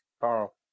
Carl